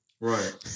Right